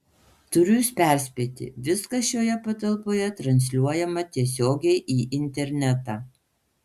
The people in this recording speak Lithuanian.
turiu jus perspėti viskas šioje patalpoje transliuojama tiesiogiai į internetą